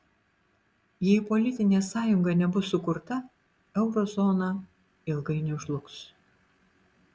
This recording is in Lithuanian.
jei politinė sąjunga nebus sukurta euro zona ilgainiui žlugs